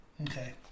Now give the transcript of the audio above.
Okay